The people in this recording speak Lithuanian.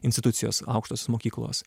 institucijos aukštosios mokyklos